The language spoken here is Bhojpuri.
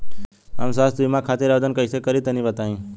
हम स्वास्थ्य बीमा खातिर आवेदन कइसे करि तनि बताई?